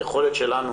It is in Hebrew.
היכולת שלנו